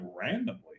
randomly